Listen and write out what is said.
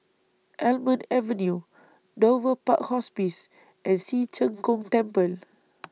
Almond Avenue Dover Park Hospice and Ci Zheng Gong Temple